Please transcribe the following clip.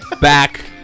Back